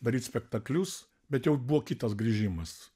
daryt spektaklius bet jau buvo kitas grįžimas